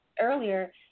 earlier